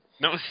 No